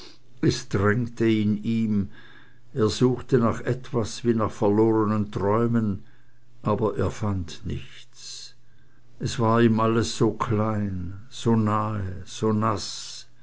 drängte in ihm er suchte nach etwas wie nach verlornen träumen aber er fand nichts es war ihm alles so klein so nahe so naß